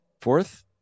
fourth